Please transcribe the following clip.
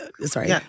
sorry